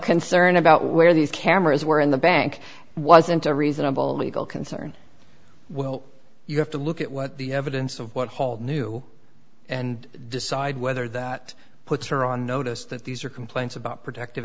concern about where these cameras were in the bank wasn't a reasonable legal concern well you have to look at what the evidence of what hall knew and decide whether that puts her on notice that these are complaints about productive